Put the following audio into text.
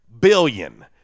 billion